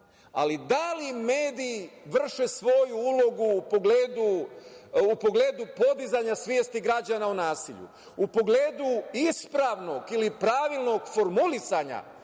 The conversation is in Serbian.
Ali, da li mediji vrše svoju ulogu u pogledu podizanja svesti građana o nasilju, u pogledu ispravnog ili pravilnog formulisanja